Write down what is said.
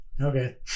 Okay